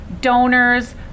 donors